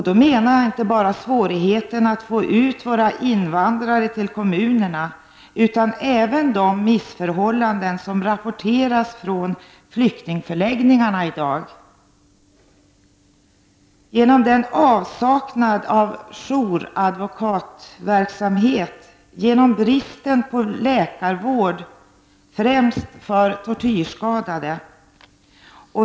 Då syftar jag inte bara på svårigheten att få ut våra invandrare till kommunerna utan även på de missförhållanden som rapporteras från flyktingförläggning arna i dag: avsaknaden av jouradvokatverksamhet, bristen på läkarvård främst för tortyrskadade.